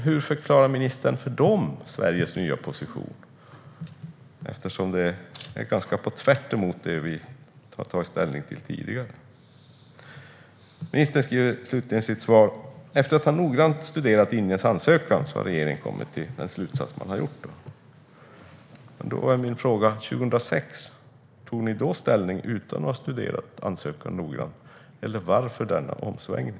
Hur förklarar ministern Sveriges nya position för dem? Den går ju i stort sett tvärtemot det som vi har tagit ställning för tidigare. Ministern meddelar slutligen i sitt svar att regeringen har kommit fram till denna slutsats efter att noggrant ha studerat Indiens ansökan. Men vad gjorde ni då 2006? Tog ni då ställning utan att ha studerat ansökan noggrant? Varför denna omsvängning?